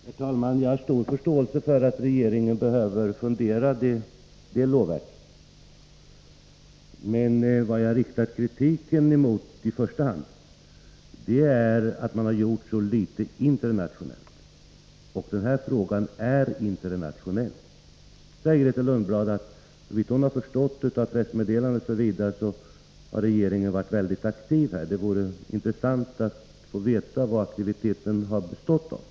Herr talman! Jag har stor förståelse för att regeringen behöver fundera — det är lovvärt. Vad jag har riktat kritik emot är i första hand att man har gjort så litet internationellt. Den här frågan är internationell. Grethe Lundblad säger att såvitt hon har förstått av pressmeddelanden osv. har regeringen varit mycket aktiv på det här området. Det vore intressant att få veta vad aktiviteten har bestått i.